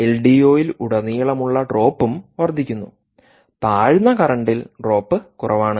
എൽഡിഒയിലുടനീളമുള്ള ഡ്രോപ്പും വർദ്ധിക്കുന്നുതാഴ്ന്ന കറണ്ടിൽ ഡ്രോപ്പ് കുറവാണ്